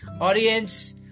Audience